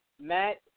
Matt